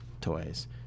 toys